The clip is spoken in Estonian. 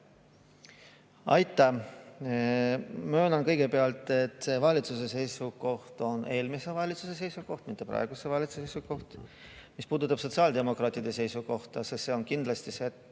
Aitäh! Möönan kõigepealt, et valitsuse seisukoht on eelmise valitsuse seisukoht, mitte praeguse valitsuse seisukoht. Mis puudutab sotsiaaldemokraatide seisukohta, siis see on kindlasti see,